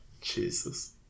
Jesus